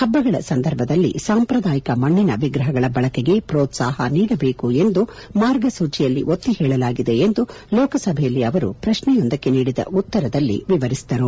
ಪಬ್ಲಗಳ ಸಂದರ್ಭದಲ್ಲಿ ಸಾಂಪ್ರದಾಯಿಕ ಮಣ್ಣಿನ ವಿಗ್ರಹಗಳ ಬಳಕೆಗೆ ಮ್ರೋತ್ಸಾಪ ನೀಡಬೇಕು ಎಂದು ಮಾರ್ಗಸೂಚಿಯಲ್ಲಿ ಒತ್ತಿ ಹೇಳಲಾಗಿದೆ ಎಂದು ಲೋಕಸಭೆಯಲ್ಲಿ ಅವರು ಪ್ರಶ್ನೆಯೊಂದಕ್ಕೆ ನೀಡಿದ ಉತ್ತರದಲ್ಲಿ ವಿವರಿಸಿದರು